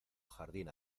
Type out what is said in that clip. jardín